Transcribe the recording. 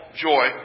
joy